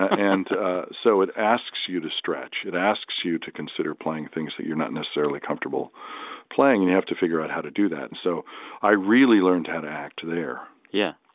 and ah so it asks you to stretch. it asks you to consider playing things that you're not necessarily comfortable playing. and you have to figure out how to do that and so i really learned how to act there yeah,